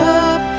up